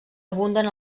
abunden